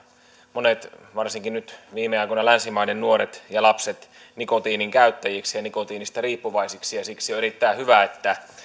monet varsinkin nyt viime aikoina länsimaiden nuoret ja lapset nikotiinin käyttäjiksi ja nikotiinista riippuvaisiksi ja siksi on erittäin hyvä että